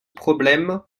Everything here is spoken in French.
problème